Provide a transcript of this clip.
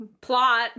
plot